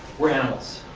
we are animals.